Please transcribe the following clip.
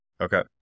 Okay